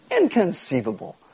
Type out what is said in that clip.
Inconceivable